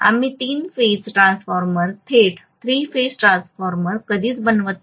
आम्ही तीन phase transformer थेट थ्री फेज ट्रान्सफॉर्मर कधीच बनवत नाही